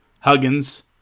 Huggins